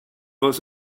was